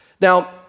Now